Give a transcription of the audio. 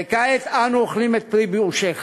וכעת אנו אוכלים את פרי באושיך.